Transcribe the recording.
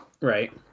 Right